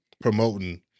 promoting